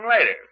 later